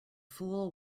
fool